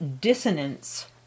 dissonance